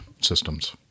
systems